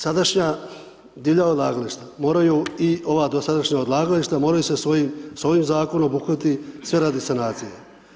Sadašnja divlja odlagališta moraju i ova dosadašnja odlagališta, moraju sa oviim zaknom obuhvatiti sve radi sanacije.